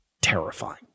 terrifying